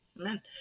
Amen